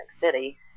City